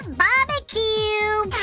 barbecue